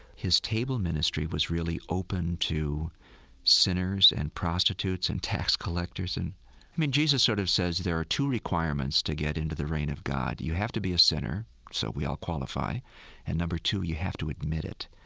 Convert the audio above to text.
his table ministry was really open to sinners and prostitutes and tax collectors. and, i mean, jesus sort of says there are two requirements to get into the reign of god you have to be a sinner so we all qualify and number two, you have to admit it.